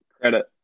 credit